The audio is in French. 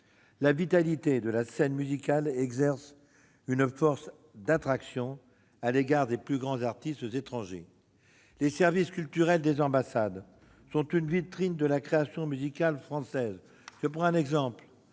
La vitalité de la scène musicale exerce une force d'attraction sur les plus grands artistes étrangers. Les services culturels des ambassades sont une vitrine de la création musicale française. Je prendrai l'exemple